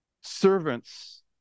servants